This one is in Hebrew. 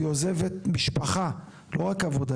היא עוזבת משפחה ועבודה,